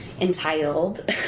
entitled